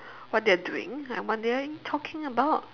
what they are doing and what they are talking about